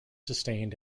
sustained